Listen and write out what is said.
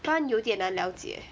不然有点难了解